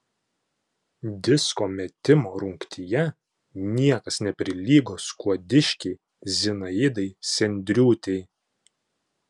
disko metimo rungtyje niekas neprilygo skuodiškei zinaidai sendriūtei